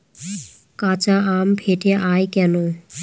কাঁচা আম ফেটে য়ায় কেন?